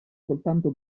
soltanto